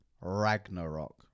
Ragnarok